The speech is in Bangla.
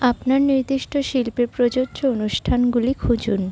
আপনার নির্দিষ্ট শিল্পে প্রযোজ্য অনুষ্ঠানগুলি খুঁজুন